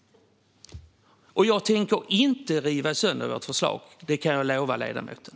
Jag tänker inte riva sönder vårt förslag. Det kan jag lova ledamoten.